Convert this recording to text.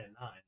nine